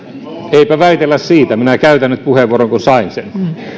eipä väitellä siitä minä käytän nyt puheenvuoron kun sain sen